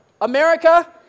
America